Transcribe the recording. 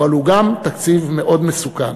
אבל הוא גם תקציב מאוד מסוכן,